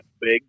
big